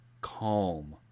calm